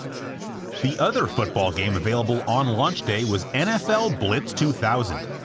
the other football game available on launch day was nfl blitz two thousand.